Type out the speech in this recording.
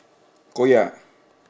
koyak